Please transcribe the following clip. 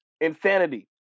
Insanity